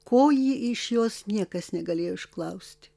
ko ji iš jos niekas negalėjo išklausti